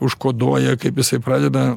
užkoduoja kaip jisai pradeda